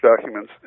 documents